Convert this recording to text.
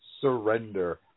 Surrender